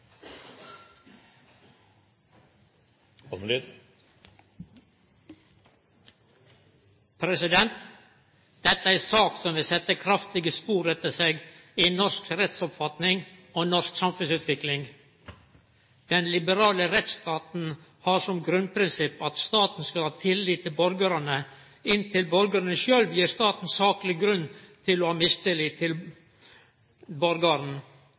kriminalitet. Dette er ei sak som vil setje kraftige spor etter seg i norsk rettsoppfatning og norsk samfunnsutvikling. Den liberale rettsstaten har som grunnprinsipp at staten skal ha tillit til borgarane inntil borgarane sjølve gir staten sakleg grunn til å ha mistillit til borgaren.